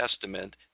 Testament